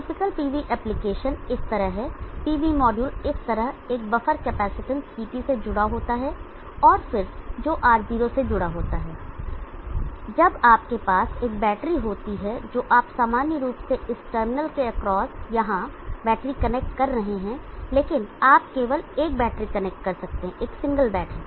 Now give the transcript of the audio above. typical PV application इस तरह है PV मॉड्यूल इस तरह एक बफर कैपेसिटेंस CT से जुड़ा होता है और फिर जो R0 से जुड़ा होता है जब आपके पास एक बैटरी होती है जो आप सामान्य रूप से इस टर्मिनल के अक्रॉस यहाँ बैटरी कनेक्ट कर रहे हैं लेकिन आप केवल एक बैटरी कनेक्ट कर सकते हैं एक सिंगल बैटरी